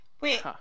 wait